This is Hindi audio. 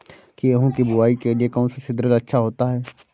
गेहूँ की बुवाई के लिए कौन सा सीद्रिल अच्छा होता है?